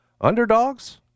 underdogs